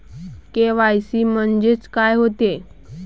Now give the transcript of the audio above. KYC म्हंनजे का होते?